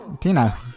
Tina